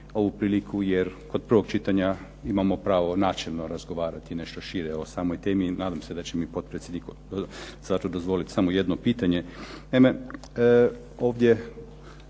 ovu priliku jer od prvog čitanja imamo pravo načelno razgovarati nešto šire o samoj temi. Nadam se da će mi potpredsjednik zato dozvoliti samo jedno pitanje.